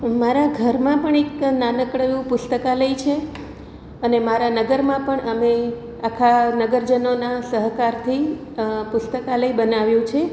મારા ઘરમાં પણ એક નાનકડું એવું પુસ્તકાલય છે અને મારા નગરમાં પણ અમે આખા નગરજનોના સહકારથી પુસ્તકાલય બનાવ્યું છે